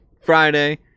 Friday